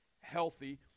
healthy